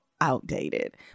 outdated